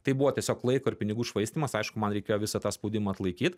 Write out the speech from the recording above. tai buvo tiesiog laiko ir pinigų švaistymas aišku man reikėjo visą tą spaudimą atlaikyt